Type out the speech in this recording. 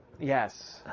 Yes